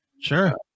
Sure